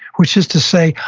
which is to say,